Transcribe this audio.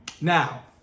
now